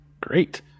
great